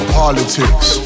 politics